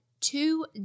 two